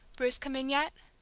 bruce come in yet?